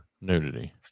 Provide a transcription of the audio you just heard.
nudity